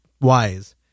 wise